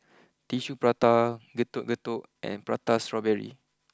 Tissue Prata Getuk Getuk and Prata Strawberry